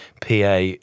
PA